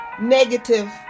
negative